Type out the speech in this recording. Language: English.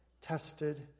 tested